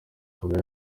kandi